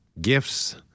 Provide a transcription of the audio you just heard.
gifts